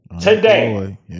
today